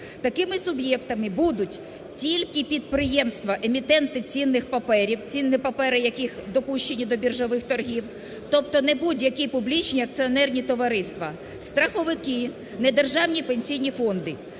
Такими суб'єктами будуть тільки підприємства, емітенти цінних паперів, цінні папери, які допущені до біржових торгів. Тобто не будь-які публічні акціонерні товариства, страховики, не державні пенсійні фонди,